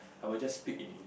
I will just speak in Eng~